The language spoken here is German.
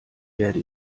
werde